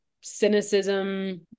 cynicism